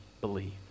believe